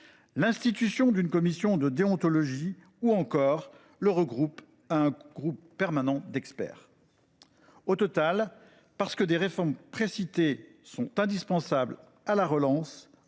l’institution d’une commission de déontologie, ou encore le recours à un groupe permanent d’experts. Au total, les mesures que j’ai citées étant indispensables à la relance